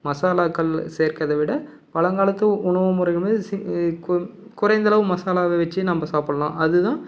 மசாலாக்கள் சேர்க்கிறத விட பழங்காலத்து உணவுமுறை மாதிரி குறைந்த அளவு மசாலாவை வைச்சே நம்ம சாப்பிட்லாம் அதுதான்